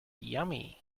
yummy